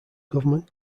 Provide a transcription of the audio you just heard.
government